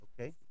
Okay